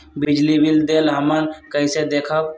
बिजली बिल देल हमन कईसे देखब?